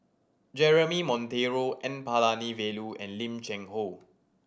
Jeremy Monteiro N Palanivelu and Lim Cheng Hoe